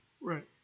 Right